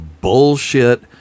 bullshit